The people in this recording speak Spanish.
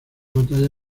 batalla